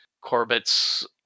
Corbett's